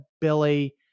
Billy